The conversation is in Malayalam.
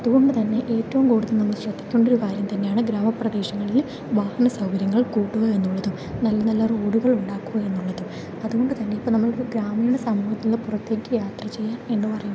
അതുകൊണ്ടുതന്നെ ഏറ്റവും കൂടുതൽ നമ്മൾ ശ്രദ്ധിക്കേണ്ട ഒരു കാര്യം തന്നെ ആണ് ഗ്രാമ പ്രദേശങ്ങളില് വാഹന സൗകര്യങ്ങൾ കൂട്ടുക എന്നുള്ളതും നല്ല നല്ല റോഡുകൾ ഉണ്ടാക്കുക എന്നുള്ളതും അതുകൊണ്ടു തന്നെ ഇപ്പോൾ നമുക്ക് ഗ്രാമീണ സമൂഹത്തിൽനിന്ന് പുറത്തേയ്ക്കു യാത്ര ചെയ്യാൻ എന്നു പറയും